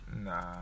Nah